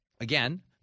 again